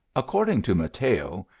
according to mateo,